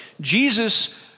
Jesus